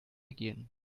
ergehen